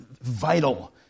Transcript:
vital